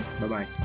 Bye-bye